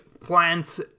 plants